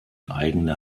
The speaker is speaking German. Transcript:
eigene